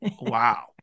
wow